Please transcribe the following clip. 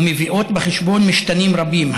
ומביאות בחשבון משתנים רבים,